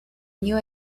new